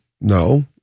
No